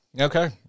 Okay